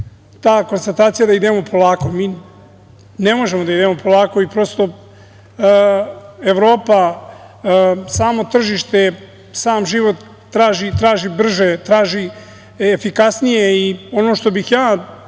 ta konstatacija da idemo polako, mi ne možemo da idemo polako i prosto Evropa, samo tržište, sam život traži brže, traži efikasnije i ono na šta bih